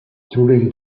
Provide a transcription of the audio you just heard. during